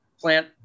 plant